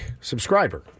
subscriber